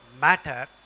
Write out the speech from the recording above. matter